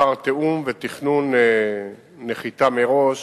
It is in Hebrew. לאחר תיאום ותכנון נחיתה מראש,